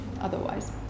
otherwise